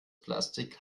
plastik